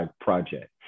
project